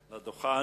לדוכן.